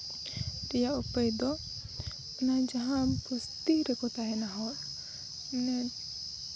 ᱨᱮᱭᱟᱜ ᱩᱯᱟᱹᱭ ᱫᱚ ᱚᱱᱟ ᱡᱟᱦᱟᱸ ᱵᱚᱥᱛᱤ ᱨᱮᱠᱚ ᱛᱟᱦᱮᱱᱟ ᱦᱚᱲ ᱢᱟᱱᱮ